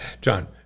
John